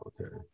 Okay